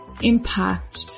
impact